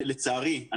לצערי,